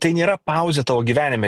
tai nėra pauzė tavo gyvenime